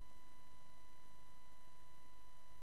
להביא לקצה של חוט, ויש